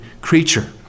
creature